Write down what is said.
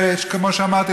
וכמו שאמרתי,